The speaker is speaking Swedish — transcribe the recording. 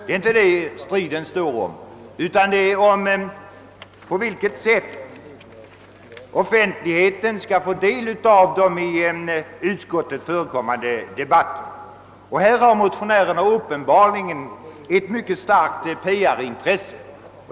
Det är inte det striden står om utan om på vilket sätt offentligheten skall få del av de i utskotten förekommande debatterna. Motionärerna har uppenbarligen ett mycket starkt PR-intresse.